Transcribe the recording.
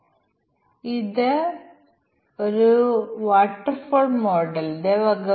അവയിലേതെങ്കിലും തെറ്റാണെങ്കിൽ അത് ഒരു ത്രികോണമല്ലെന്ന് ഞങ്ങൾ പറയുന്നു